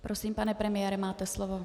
Prosím, pane premiére, máte slovo.